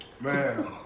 Man